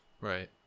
right